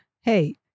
Hey